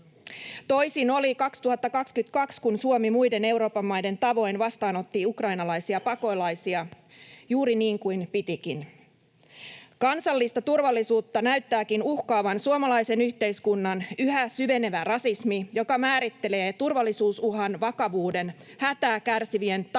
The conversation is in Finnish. Toisin oli 2022, kun Suomi muiden Euroopan maiden tavoin vastaanotti ukrainalaisia pakolaisia, juuri niin kuin pitikin. Kansallista turvallisuutta näyttääkin uhkaavan suomalaisen yhteiskunnan yhä syvenevä rasismi, joka määrittelee turvallisuusuhan vakavuuden hätää kärsivien taustan